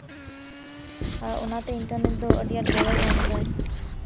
ᱚᱱᱟᱛᱮ ᱤᱱᱴᱟᱨᱱᱮᱴ ᱫᱚ ᱟᱹᱰᱤ ᱟᱸᱴ ᱜᱚᱲᱚᱭ ᱮᱢᱫᱟᱭ